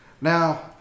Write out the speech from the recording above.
Now